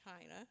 China